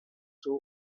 two